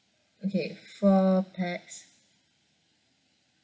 okay four pax